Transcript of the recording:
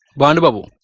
bond babu